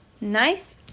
nice